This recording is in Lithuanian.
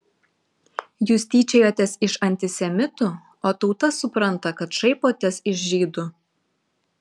jūs tyčiojatės iš antisemitų o tauta supranta kad šaipotės iš žydų